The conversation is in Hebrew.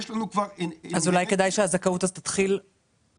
יש לנו כבר --- אז אולי כדאי שהזכאות תתחיל אחרת.